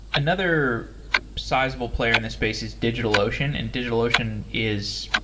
another sizable player in the space is digitalocean, and digitalocean is,